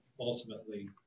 ultimately